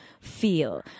feel